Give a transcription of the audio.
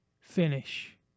finish